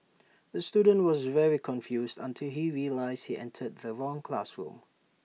the student was very confused until he realised he entered the wrong classroom